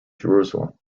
jerusalem